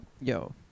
Yo